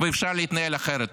אפשר להתנהל אחרת.